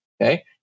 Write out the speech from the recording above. Okay